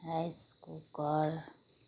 rice cooker